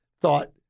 thought